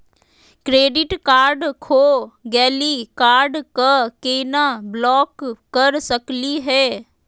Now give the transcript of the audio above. Credit card खो गैली, card क केना ब्लॉक कर सकली हे?